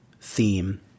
theme